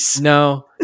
No